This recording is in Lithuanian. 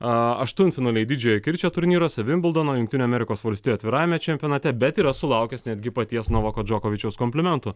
aštuntfinaliai didžiojo kirčio turnyruose v imbildono jungtinių amerikos valstijų atvirajame čempionate bet yra sulaukęs netgi paties novako džokovičiaus komplimentų